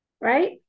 right